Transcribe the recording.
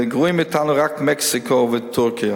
וגרועים מאתנו רק מקסיקו וטורקיה.